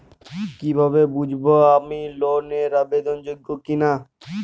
কীভাবে বুঝব আমি লোন এর আবেদন যোগ্য কিনা?